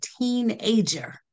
teenager